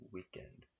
Weekend